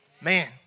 Man